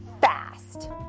fast